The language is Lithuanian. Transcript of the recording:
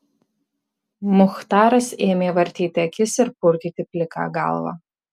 muchtaras ėmė vartyti akis ir purtyti pliką galvą